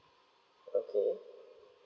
okay